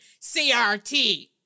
CRT